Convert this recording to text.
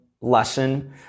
lesson